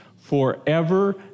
forever